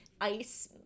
ice